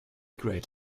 great